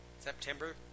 September